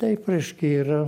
taip reiškia yra